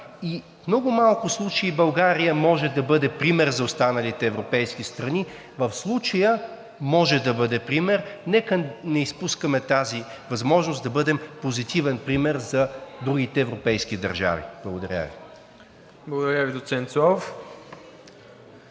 в много малко случаи България може да бъде пример за останалите европейски страни. В случая може да бъде пример. Нека не изпускаме тази възможност да бъдем позитивен пример за другите европейски държави. Благодаря Ви. ПРЕДСЕДАТЕЛ МИРОСЛАВ